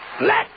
let